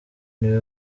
niwe